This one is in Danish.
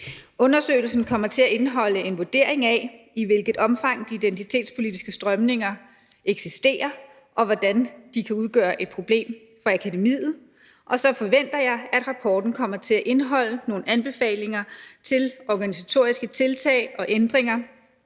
Undersøgelsen kommer til at indeholde en vurdering af, i hvilket omfang de identitetspolitiske strømninger eksisterer, og hvordan de kan udgøre et problem for akademiet, og så forventer jeg, at rapporten kommer til at indeholde nogle anbefalinger til organisatoriske tiltag og ændringer,